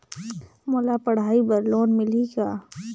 मोला पढ़ाई बर लोन मिलही का?